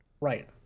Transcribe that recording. right